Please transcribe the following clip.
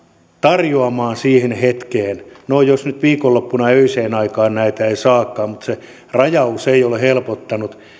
tarjoamaan siihen hetkeen no jos nyt viikonloppuna öiseen aikaan näitä ei saakaan mutta se rajaus ei ole helpottanut